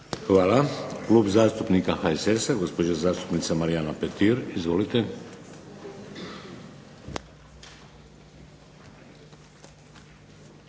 Hvala. Klub zastupnika HSS-a gospođa zastupnica Marijana Petir. Izvolite.